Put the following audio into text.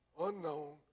unknown